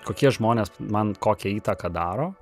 kokie žmonės man kokią įtaką daro